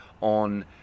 on